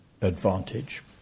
advantage